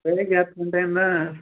ಬೆಳಗ್ಗೆ ಹತ್ತು ಗಂಟೆಯಿಂದ